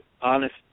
honest